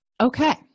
Okay